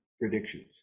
predictions